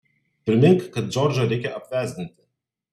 primink kad džordžą reikia apvesdinti